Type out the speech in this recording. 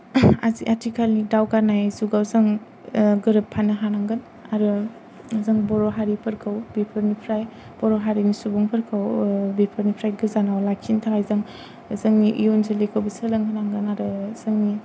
आजि आथिखालानि दावगानाय जुगाव जों गोरोबफानो हानांगोन आरो जों बर' हारिफोरखौ बेफोरनिफ्राय बर' हारिनि सुबुंफोरखौ बेफोरनिफ्राय गोजानाव लाखिनो थाखाय जों जोंनि इयुन जोलैखौबो सोलोंहोनांगोन आरो जोंनि